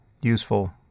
useful